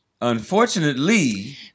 Unfortunately